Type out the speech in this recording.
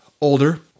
older